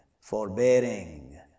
forbearing